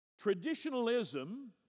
Traditionalism